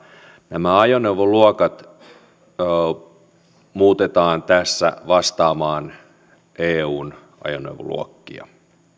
nämä ajoneuvoluokat muutetaan tässä vastaamaan eun ajoneuvoluokkia